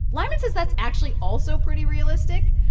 lyman says that's actually also pretty realistic.